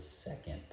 second